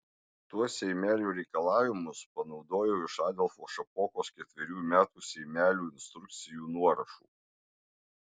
tuos seimelių reikalavimus panaudojau iš adolfo šapokos ketverių metų seimelių instrukcijų nuorašų